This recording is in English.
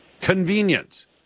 Convenience